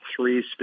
three